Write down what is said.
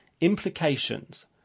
Implications